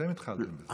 אתם התחלתם בזה.